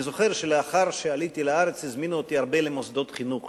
אני זוכר שלאחר שעליתי לארץ הזמינו אותי להרבה מוסדות חינוך